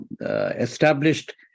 established